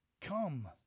Come